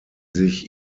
sich